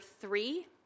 three